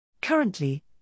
Currently